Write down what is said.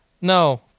No